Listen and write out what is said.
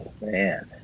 man